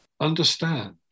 understand